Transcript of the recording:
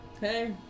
Hey